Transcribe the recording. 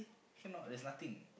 cannot there is nothing